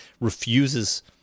refuses